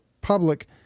public